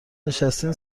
نشستین